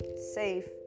safe